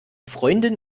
freundin